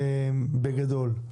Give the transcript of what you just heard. בגדול.